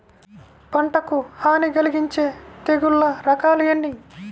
పంటకు హాని కలిగించే తెగుళ్ల రకాలు ఎన్ని?